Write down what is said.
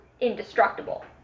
indestructible